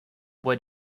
were